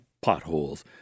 potholes